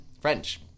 French